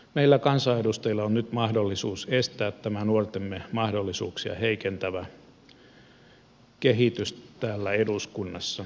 meillä kansanedustajilla on nyt mahdollisuus estää tämä nuortemme mahdollisuuksia heikentävä kehitys täällä eduskunnassa